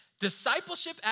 Discipleship